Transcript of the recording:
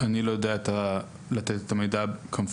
אני לא יודע לתת את המידע כמפורט,